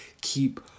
keep